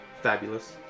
Fabulous